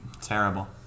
terrible